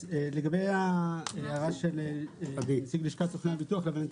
לגבי ההערה של נציג לשכת סוכני הביטוח אני מניח